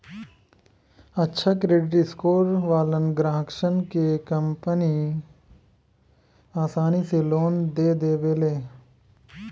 अच्छा credit score वालन ग्राहकसन के कंपनि आसानी से लोन दे देवेले